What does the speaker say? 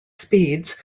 speeds